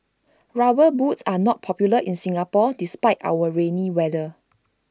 rubber boots are not popular in Singapore despite our rainy weather